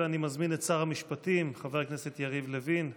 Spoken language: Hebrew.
ואני מזמין את שר המשפטים חבר הכנסת יריב לוין לדוכן.